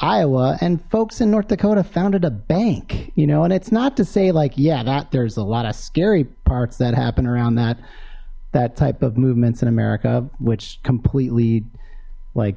iowa and folks in north dakota founded a bank you know and it's not to say like yeah that there's a lot of scary parts that happen around that that type of movements in america which completely like